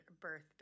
birthday